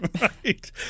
right